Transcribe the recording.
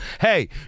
hey